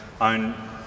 own